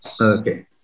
Okay